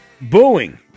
booing